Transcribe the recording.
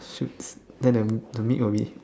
soups then the the meat will be